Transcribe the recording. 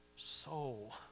soul